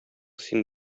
син